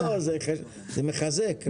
זה מחזק.